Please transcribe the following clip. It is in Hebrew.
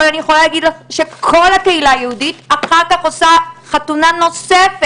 אבל אני יכולה להגיד לך שכל הקהילה היהודית אחר כך עושה חתונה נוספת